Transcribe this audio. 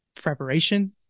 preparation